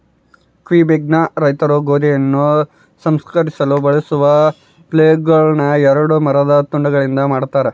ಕ್ವಿಬೆಕ್ನಾಗ ರೈತರು ಗೋಧಿಯನ್ನು ಸಂಸ್ಕರಿಸಲು ಬಳಸುವ ಫ್ಲೇಲ್ಗಳುನ್ನ ಎರಡು ಮರದ ತುಂಡುಗಳಿಂದ ಮಾಡತಾರ